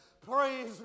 Praise